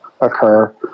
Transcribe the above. occur